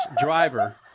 driver